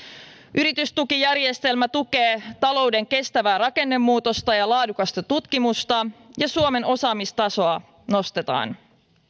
yritystukijärjestelmä tukee talouden kestävää rakennemuutosta ja laadukasta tutkimusta ja suomen osaamistasoa nostetaan